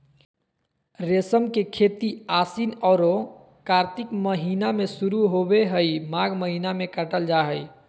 रेशम के खेती आशिन औरो कार्तिक महीना में शुरू होबे हइ, माघ महीना में काटल जा हइ